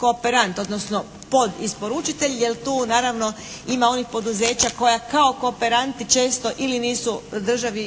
kooperant, odnosno podisporučitelj jer tu naravno ima onih poduzeća koja kao kooperanti često ili nisu državi